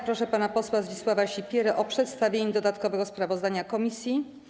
Proszę pana posła Zdzisława Sipierę o przedstawienie dodatkowego sprawozdania komisji.